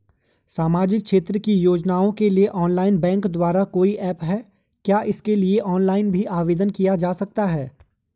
सामाजिक क्षेत्र की योजनाओं के लिए ऑनलाइन बैंक द्वारा कोई ऐप है क्या इसके लिए ऑनलाइन भी आवेदन किया जा सकता है?